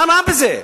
מה רע בזה?